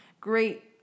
great